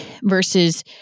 versus